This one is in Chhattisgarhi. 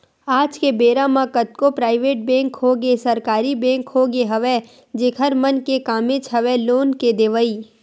आज के बेरा म कतको पराइवेट बेंक होगे सरकारी बेंक होगे हवय जेखर मन के कामेच हवय लोन के देवई